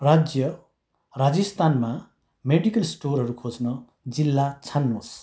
राज्य राजस्थानमा मेडिकल स्टोरहरू खोज्न जिल्ला छान्नुहोस्